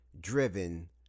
driven